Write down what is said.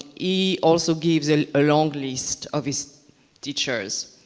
he also gives a long list of his teachers.